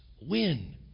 win